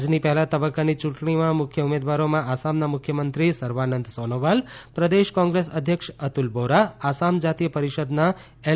આજની પહેલા તબકકાની યુંટણીમાં મુખ્ય ઉમેદવારોમાં આસામના મુખ્યમંત્રી સર્વાનંદ સોનોવાલ પ્રદેશ કોંગ્રેસ અધ્યક્ષ અતુલ બોરા આસામ જાતીય પરીષદના એલ